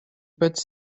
pēc